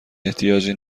احتیاجی